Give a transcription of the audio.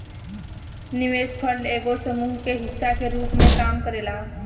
निवेश फंड एगो समूह के हिस्सा के रूप में काम करेला